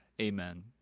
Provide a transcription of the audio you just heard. Amen